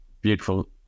beautiful